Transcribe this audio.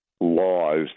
Laws